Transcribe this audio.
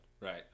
Right